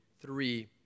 three